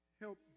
help